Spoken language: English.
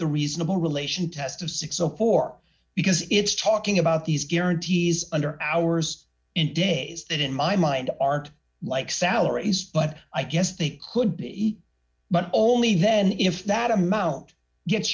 the reasonable relation test of six hundred and four because it's talking about these guarantees under hours in days that in my mind aren't like salaries but i guess they could be but only then if that amount gets